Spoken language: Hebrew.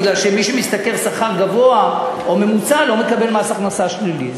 כי מי שמשתכר שכר גבוה או ממוצע לא מקבל מס הכנסה שלילי,